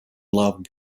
loved